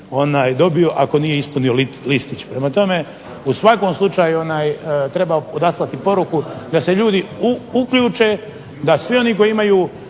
dobio ako nije ispunio listić. Prema tome u svakom slučaju treba odaslati poruku da se ljudi uključe da svi oni koji imaju